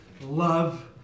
Love